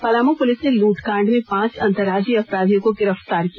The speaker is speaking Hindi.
पलामू पुलिस ने लूटकांड में पांच अंतरराज्यीय अपराधियों को गिरफ्तार किया